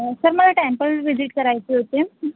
sir मला temple visit करायची होती